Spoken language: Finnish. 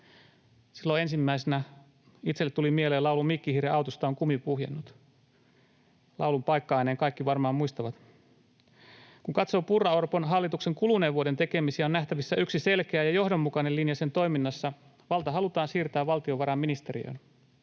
Silloin ensimmäisenä itselleni tuli mieleen laulu ”Mikki Hiiren autosta on kumi puhjennut.” Laulun paikka-aineen kaikki varmaan muistavat. Kun katsoo Purran—Orpon hallituksen kuluneen vuoden tekemisiä, on nähtävissä yksi selkeä ja johdonmukainen linja sen toiminnassa: valta halutaan siirtää valtiovarainministeriöön.